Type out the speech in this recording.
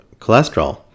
cholesterol